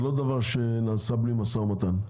זה לא דבר שנעשה בלי משא ומתן.